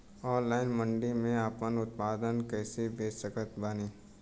Online मंडी मे आपन उत्पादन कैसे बेच सकत बानी?